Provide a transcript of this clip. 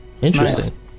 Interesting